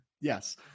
Yes